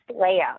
layout